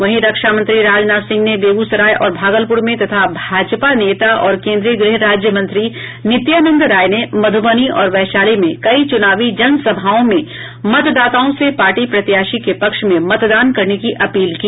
वहीं रक्षा मंत्री राजनाथ सिंह ने बेगूसराय और भागलपूर में तथा भाजपा नेता और केन्द्रीय गृह राज्य मंत्री नित्यानंद राय ने मध्रबनी और वैशाली में कई चूनावी जनसभाओं में मतदाताओं से पार्टी प्रत्याशी के पक्ष में मतदान करने की अपील की